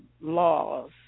laws